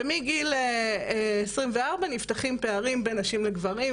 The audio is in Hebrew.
ומגיל 24 נפתחים פערים בין נשים לגברים,